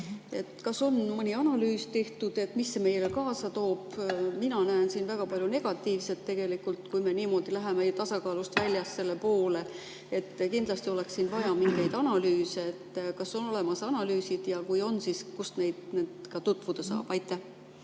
Kas on mõni analüüs tehtud [selle kohta], mida see meile kaasa toob? Mina näen siin väga palju negatiivset, kui me läheme niimoodi, tasakaalust väljas, selle poole. Kindlasti oleks siin vaja mingeid analüüse. Kas on olemas analüüsid, ja kui on, siis kus nendega tutvuda saab? Aitäh,